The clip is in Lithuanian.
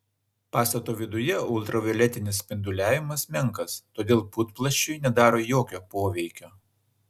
pastato viduje ultravioletinis spinduliavimas menkas todėl putplasčiui nedaro jokio poveikio